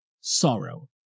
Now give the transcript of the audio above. sorrow